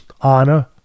honor